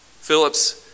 Phillips